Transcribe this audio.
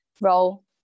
role